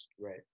Right